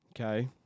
Okay